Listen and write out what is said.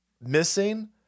missing